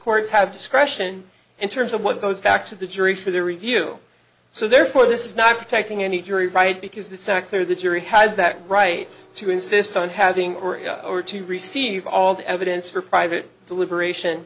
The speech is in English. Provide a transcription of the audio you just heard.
courts have discretion in terms of what goes back to the jury for their review so therefore this is not protecting any jury right because the secular the jury has that right to insist on having or to receive all the evidence for private deliberation